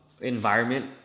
environment